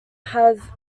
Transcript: have